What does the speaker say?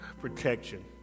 protection